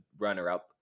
runner-up